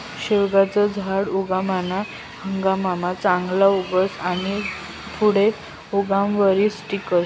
शेवगानं झाड उनायाना हंगाममा चांगलं उगस आनी पुढे गनच वरीस टिकस